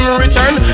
return